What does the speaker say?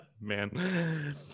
Man